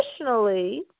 additionally